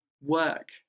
work